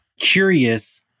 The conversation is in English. curious